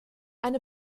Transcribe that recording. eine